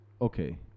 okay